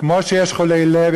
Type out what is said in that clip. כמו שיש חולי לב,